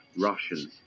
Russian